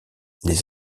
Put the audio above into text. les